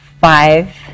Five